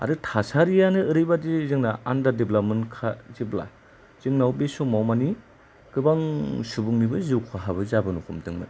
आरो थासारियानो ओरैबादि जोंना आन्दार डेभेलप्त मोनखा जेब्ला जोंनाव बे समाव मानि गोबां सुबुंनिबो जिउ खाहाबो जाबोनो हमदोंमोन